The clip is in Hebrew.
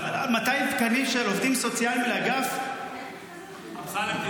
200 תקנים של עובדים סוציאליים לאגף, לביטחון.